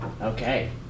Okay